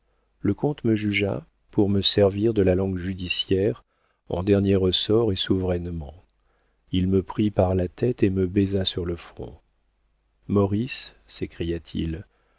le comte me jugea pour me servir de la langue judiciaire en dernier ressort et souverainement il me prit par la tête et me baisa sur le front maurice